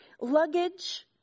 luggage